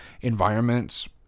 environments